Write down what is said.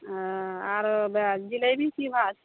ओ आरो जिलेबी की भाव छै